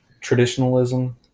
traditionalism